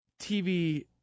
TV